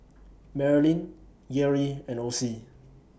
Marilynn Geary and Ocie